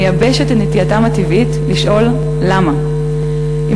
מייבשת את נטייתם הטבעית לשאול "למה?" אם